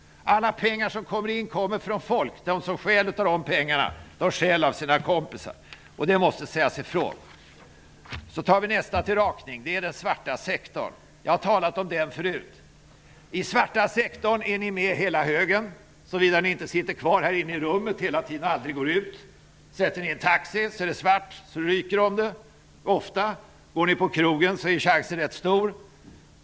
Alla pengar som kommer in till statskassan kommer från folk. De som stjäl av de pengarna stjäl av sina kompisar. Det måste sägas ut. Nästa till rakning! Det är den svarta sektorn -- jag har talat om den förut. I den svarta sektorn är ni med, hela högen, såvida ni inte sitter kvar här inne i kammaren hela tiden och aldrig går ut. Sätter ni er i en taxi är det -- ofta -- svart så det ryker om det. Går ni på krogen är chansen rätt stor att det är svart.